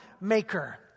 maker